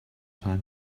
time